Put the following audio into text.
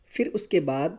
پھر اس کے بعد